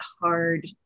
hard